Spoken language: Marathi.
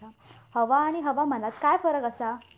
हवा आणि हवामानात काय फरक असा?